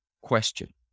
question